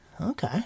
Okay